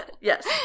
Yes